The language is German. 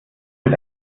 mit